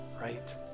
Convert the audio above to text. right